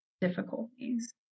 difficulties